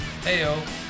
Heyo